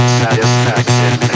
satisfaction